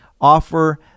offer